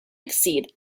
exceed